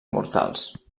mortals